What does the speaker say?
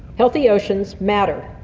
healthy oceans matter,